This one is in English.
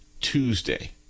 Tuesday